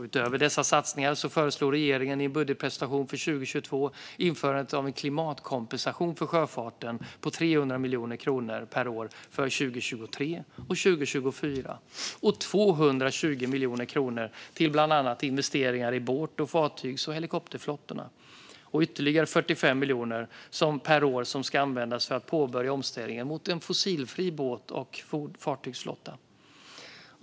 Utöver dessa satsningar föreslog regeringen i budgetpropositionen för 2022 införandet av en klimatkompensation för sjöfarten på 300 miljoner kronor per år för 2023 och 2024 och 220 miljoner kronor till bland annat investeringar i båt, fartygs och helikopterflottorna. Ytterligare 45 miljoner per år ska användas för att påbörja omställningen mot en fossilfri båt och fartygsflotta.